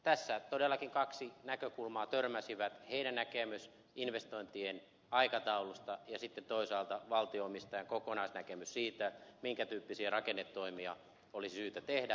tässä todellakin kaksi näkökulmaa törmäsi heidän näkemyksensä investointien aikataulusta ja sitten toisaalta valtio omistajan kokonaisnäkemys siitä minkä tyyppisiä rakennetoimia olisi syytä tehdä